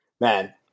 Man